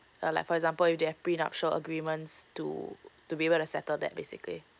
uh like for example if they have bring out sure agreements to to be able to settle that basically